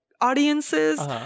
audiences